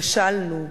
כשלנו.